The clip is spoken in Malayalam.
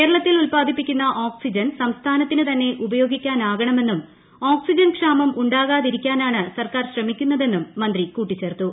കേരളത്തിൽ ഉത്പാദിപ്പിക്കുന്ന ഓക്സിജൻ സംസ്ഥാനത്തിന് തന്നെ ഉപയോഗിക്കാനാകണമെന്നും ഓക്സിജൻ ക്ഷാമം ഉണ്ടാകാതിരിക്കാനാണ് സർക്കാർ ശ്രമിക്കുന്നതെന്നും മന്ത്രി കൂട്ടിച്ചേർത്തു